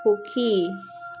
সুখী